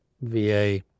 VA